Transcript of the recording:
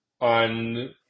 on